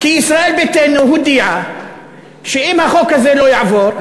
כי ישראל ביתנו הודיעה שאם החוק הזה לא יעבור,